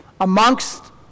amongst